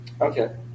Okay